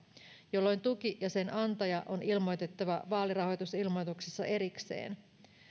jolloin tuki ja sen antaja on ilmoitettava vaalirahoitusilmoituksessa erikseen